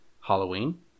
Halloween